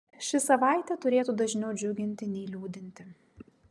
ši savaitė turėtų dažniau džiuginti nei liūdinti